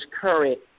current